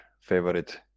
favorite